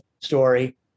story